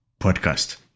podcast